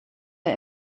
der